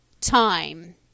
time